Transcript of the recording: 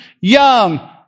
young